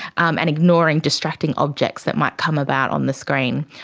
um and ignoring distracting objects that might come about on the screen.